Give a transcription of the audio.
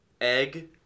egg